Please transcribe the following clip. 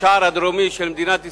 לשער הדרומי של מדינת ישראל.